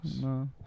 No